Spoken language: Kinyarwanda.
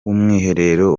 w’umwiherero